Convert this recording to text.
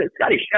Scotty